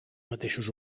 mateixos